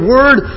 Word